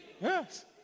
Yes